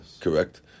correct